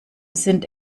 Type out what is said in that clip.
sind